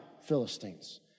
Philistines